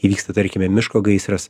įvyksta tarkime miško gaisras